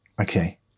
Okay